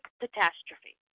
catastrophe